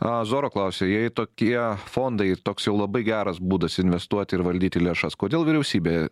a zoro klausia jei tokie fondai ir toks jau labai geras būdas investuoti ir valdyti lėšas kodėl vyriausybė